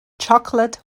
chocolate